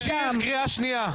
מיכל, את בקריאה שנייה.